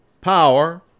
power